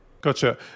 Gotcha